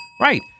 right